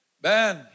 Ben